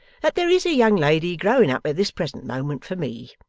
that there is a young lady growing up at this present moment for me,